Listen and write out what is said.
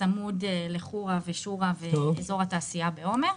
מצד לחורה ושורה ואזור התעשיה בעומר.